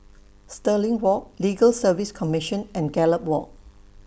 Stirling Walk Legal Service Commission and Gallop Walk